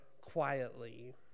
quietly